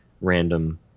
random